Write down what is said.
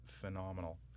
phenomenal